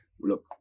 Look